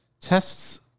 tests